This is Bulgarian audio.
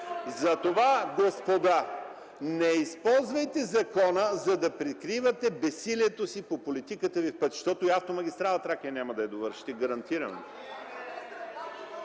Димитров.) Господа, не използвайте закона, за да прикривате безсилието си по политиката Ви, защото автомагистрала „Тракия” няма да я довършите – гарантирам